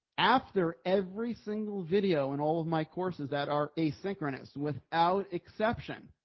after every single video and all of my courses that are asynchronous without exception,